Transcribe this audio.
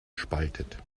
spaltet